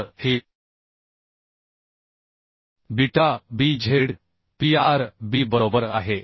तर हे beta b z p r b बरोबर आहे